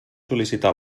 sol·licitar